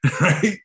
Right